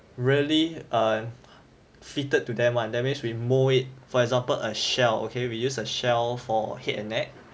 really err fitted to them one that means we mould it for example a shell okay we use a shell for head and neck